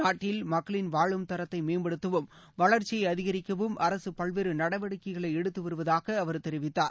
நாட்டில் மக்களின் வாழும் தரத்தை மேம்படுத்தவும் வளர்ச்சியை அதிகரிக்கவும் அரசு பல்வேறு நடவடிக்கைகளை எடுத்து வருவதாக அவர் தெரிவித்தார்